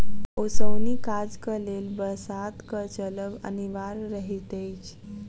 ओसौनी काजक लेल बसातक चलब अनिवार्य रहैत अछि